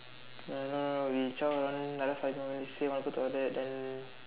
I don't know we zhao now and another five more minutes we say we want to go toilet then